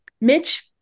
Mitch